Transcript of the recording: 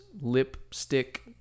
lipstick